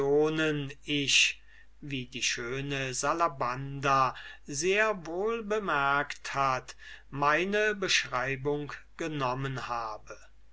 ich wie die schöne salabanda sehr wohl bemerkt hat meine beschreibung genommen habe